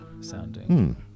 sounding